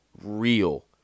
Real